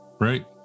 right